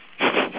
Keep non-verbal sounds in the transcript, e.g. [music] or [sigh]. [breath]